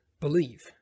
believe